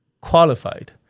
qualified